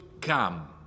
come